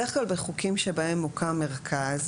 בדרך כלל בחוקים שבהם מוקם מרכז,